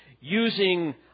using